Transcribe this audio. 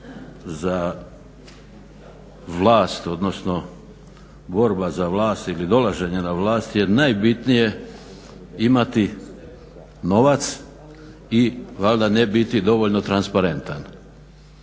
za vlast, odnosno borba za vlast ili dolaženje na vlast jer najbitnije je imati novac i valjda ne biti dovoljno transparentan.